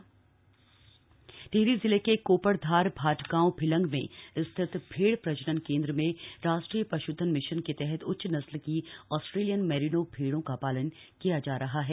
भेडपालन दिहरी टिहरी जिले के कोपड़ धार भाटगांव भिलंग में स्थित भेड़ प्रजनन केंद्र में राष्ट्रीय पशुधन मिशन के तहत उच्च नस्ल की ऑस्ट्रेलियन मेरीनों भेड़ों का पालन किया जा रहा है